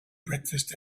breakfast